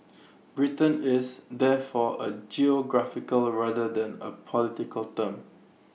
Britain is therefore A geographical rather than A political term